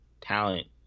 talent